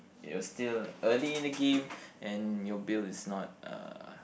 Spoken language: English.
you're still early in the game and your build is not uh